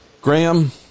Graham